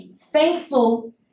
thankful